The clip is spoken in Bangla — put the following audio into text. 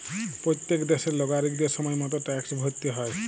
প্যত্তেক দ্যাশের লাগরিকদের সময় মত ট্যাক্সট ভ্যরতে হ্যয়